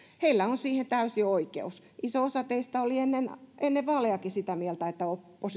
heillä on siihen täysi oikeus iso osa teistä oli ennen ennen vaalejakin sitä mieltä että